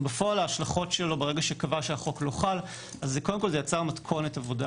בפועל ההשלכות שלו ברגע שהוא קבע שהחוק לא חל הן יצירת מתכונת עבודה